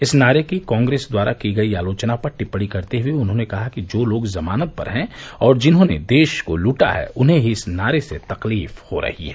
इस नारे की कांग्रेस द्वारा की गई आलोचना पर टिप्पणी करते हुए उन्होंने कहा कि जो लोग जमानत पर हैं और जिन्होंने देश को लूटा है उन्हें ही इस नारे से तकलीफ हो रही है